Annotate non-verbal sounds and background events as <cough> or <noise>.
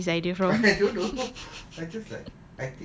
where did you get this idea from <laughs>